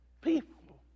people